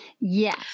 Yes